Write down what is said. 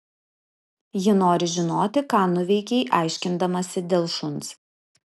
ji nori žinoti ką nuveikei aiškindamasi dėl šuns